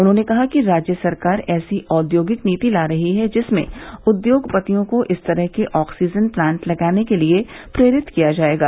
उन्होंने कहा कि राज्य सरकार ऐसी औद्योगिक नीति ला रही है जिसमें उद्योगपतियों को इस तरह के ऑक्सीजन प्लांट लगाने के लिये प्रेरित किया जायेगा